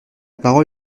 parole